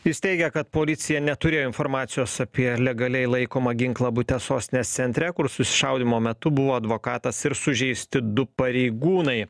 jis teigia kad policija neturėjo informacijos apie legaliai laikomą ginklą bute sostinės centre kur susišaudymo metu buvo advokatas ir sužeisti du pareigūnai